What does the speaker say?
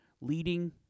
leading